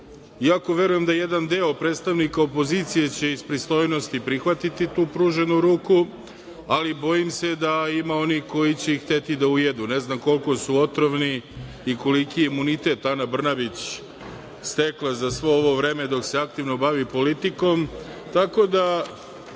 iako verujem da jedan deo predstavnika opozicije će iz pristojnosti prihvatiti tu pruženu ruku, ali bojim se da ima onih koji će hteti da ujedu. Ne znam koliko su otrovni i koliki je imunitet Ana Brnabić stekla za svo ovo vreme dok se aktivno bavi politikom. Tako